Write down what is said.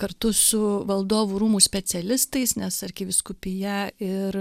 kartu su valdovų rūmų specialistais nes arkivyskupija ir